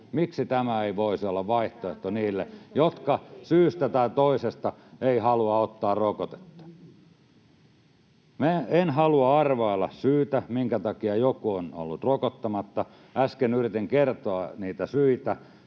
miksi tämä ei voisi olla vaihtoehto niille, jotka syystä tai toisesta eivät halua ottaa rokotetta. Minä en halua arvailla syytä, minkä takia joku on ollut rokottamatta. Kun äsken yritin kertoa niitä syitä,